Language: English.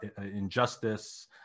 injustice